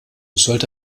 sollte